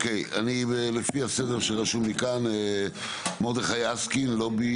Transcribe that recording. לפי הסדר שרשום לי כאן, מרדכי אסקין לובי